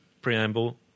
preamble